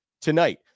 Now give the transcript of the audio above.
tonight